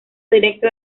directo